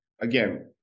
again